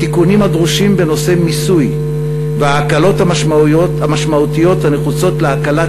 התיקונים הדרושים בנושא מיסוי וההקלות המשמעותיות הנחוצות להקלת